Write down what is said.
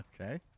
Okay